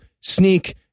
sneak